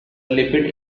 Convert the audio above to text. lipid